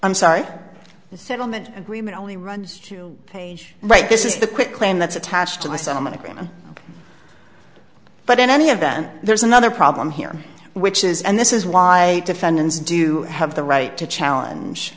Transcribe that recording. i'm sorry the settlement agreement only runs to page right this is the quit claim that's attached and i somewhat agree but in any event there's another problem here which is and this is why defendants do have the right to challenge